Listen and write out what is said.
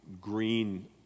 green